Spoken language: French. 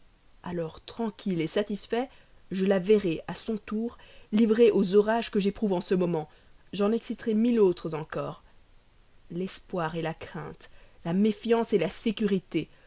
alors tranquille satisfait je la verrai à son tour livrée aux orages que j'éprouve en ce moment j'en exciterai mille autres encore l'espoir la crainte la méfiance la sécurité